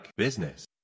business